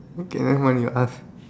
okay never mind you ask